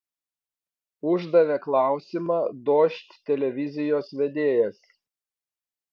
uždavė klausimą dožd televizijos vedėjas